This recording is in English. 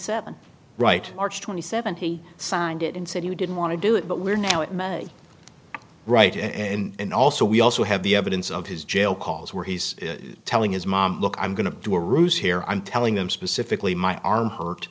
seventh right march twenty seventh he signed it and said he didn't want to do it but we're now it may right and also we also have the evidence of his jail calls where he's telling his mom look i'm going to do a ruse here i'm telling them specifically my arm